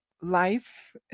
life